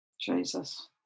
Jesus